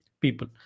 people